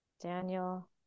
Daniel